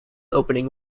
opening